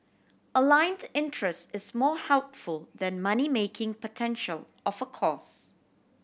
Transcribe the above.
aligned interest is more helpful than money making potential of a course